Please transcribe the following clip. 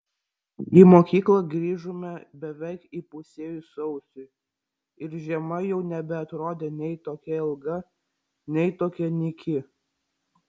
į mokyklą grįžome beveik įpusėjus sausiui ir žiema jau nebeatrodė nei tokia ilga nei tokia nyki